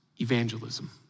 evangelism